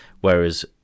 Whereas